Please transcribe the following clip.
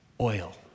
Oil